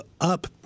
up